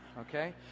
okay